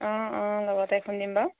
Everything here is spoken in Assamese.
অঁ অঁ লগতে খুন্দিম বাৰু